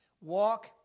Walk